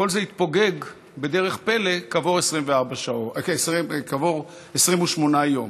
כל זה התפוגג בדרך פלא כעבור 28 יום.